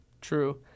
True